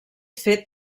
fet